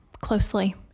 closely